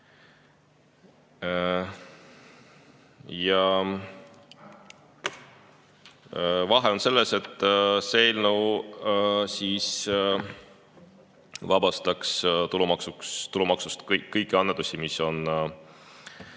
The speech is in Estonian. Vahe on selles, et see eelnõu vabastaks tulumaksust kõik annetused, mis on